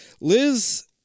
Liz